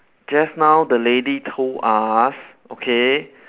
just now the lady told us okay